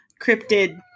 cryptid